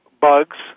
bugs